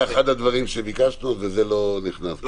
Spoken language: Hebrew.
זה אחד הדברים שביקשנו וזה לא נכנס.